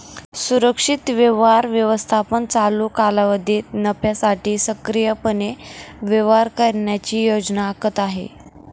सुरक्षित व्यवहार व्यवस्थापन चालू कालावधीत नफ्यासाठी सक्रियपणे व्यापार करण्याची योजना आखत आहे